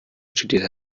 studiert